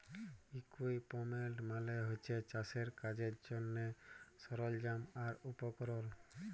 equipment মালে হছে চাষের কাজের জ্যনহে সরল্জাম আর উপকরল